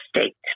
State